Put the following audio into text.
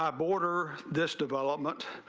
um border this development.